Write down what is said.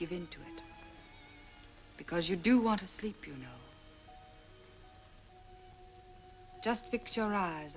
it because you do want to sleep you know just fix your eyes